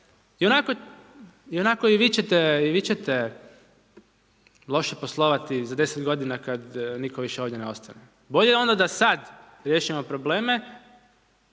ionako vi ćete loše poslovati, za 10 g. kada više nitko ne ostane. Bolje onda da sada riješimo probleme,